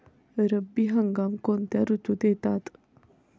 रब्बी हंगाम कोणत्या ऋतूत येतात?